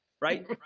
right